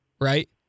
right